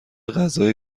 غذای